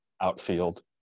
outfield